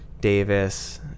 Davis